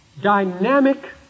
dynamic